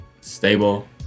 stable